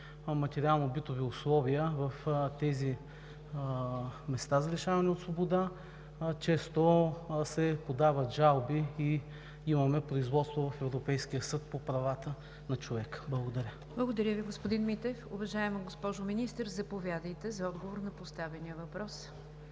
материално-битови условия в тези места за лишаване от свобода често се подават жалби и имаме производство в Европейския съд по правата на човека. Благодаря. ПРЕДСЕДАТЕЛ НИГЯР ДЖАФЕР: Благодаря Ви, господин Митев. Уважаема госпожо Министър, заповядайте за отговор на поставения въпрос.